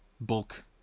bulk